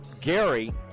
Gary –